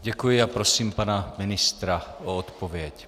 Děkuji a prosím pana ministra o odpověď.